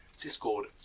discord